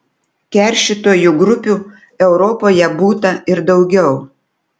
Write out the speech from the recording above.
keršytojų grupių europoje būta ir daugiau